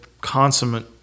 consummate